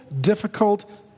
difficult